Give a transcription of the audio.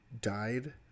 died –